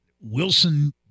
Wilson